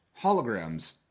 Holograms